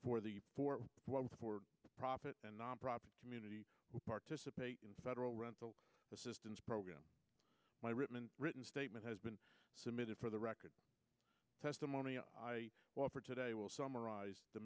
for the for profit and nonprofit community we participate in the federal rental assistance program my written written statement has been submitted for the record testimony well for today i will summarize the